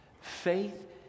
faith